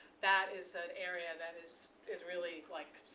that is an area that is is really, like,